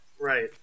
Right